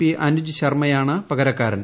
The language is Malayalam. പി അനുജ് ശർമ്മയാണ് പകരക്കാരൻ